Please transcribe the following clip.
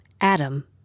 Adam